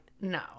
No